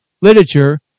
Literature